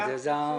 זה הירוק.